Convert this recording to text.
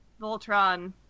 Voltron